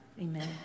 Amen